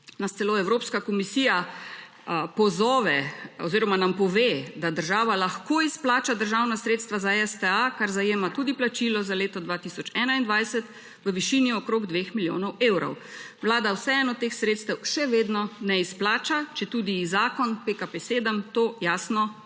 nas celo Evropska komisija pozove oziroma nam pove, da država lahko izplača državna sredstva za STA, kar zajema tudi plačilo za leto 2021, v višini okrog 2 milijonov evrov. Vlada vseeno teh sredstev še vedno ne izplača, četudi ji zakon PKP 7 to jasno nalaga.